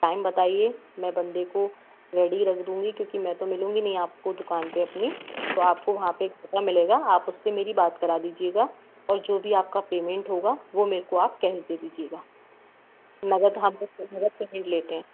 time बताइए मैं बंदे को रैडी रख दूँगी क्योंकि मैं तो मिलूँगी नहीं आपको दुकान पे अपनी तो आपको वहाँ पर एक बंदा मिलेगा आप उससे मेरी बात कर दीजिएगा और जो भी आपका पेमेंट होगा वो मुझको आप कैश दे दीजिएगा नगद हाँ हम नगद पेमेंट लेते हैं